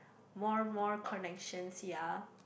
more more connections ya